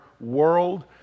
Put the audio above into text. world